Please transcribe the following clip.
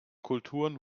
kulturen